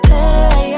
Pay